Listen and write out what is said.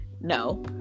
No